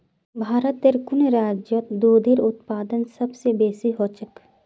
भारतेर कुन राज्यत दूधेर उत्पादन सबस बेसी ह छेक